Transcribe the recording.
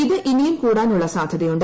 ഇത് ഇന്റിയും കൂടാനുളള സാധ്യതയുണ്ട്